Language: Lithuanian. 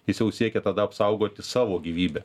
jis jau siekė tada apsaugoti savo gyvybę